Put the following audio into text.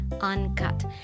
uncut